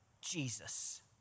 Jesus